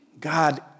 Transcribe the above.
God